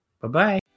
Bye-bye